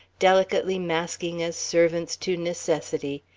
delicately masking as servants to necessity,